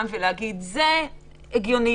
זה אומר שכשיעקב מגיע לחנות הבגדים שלו,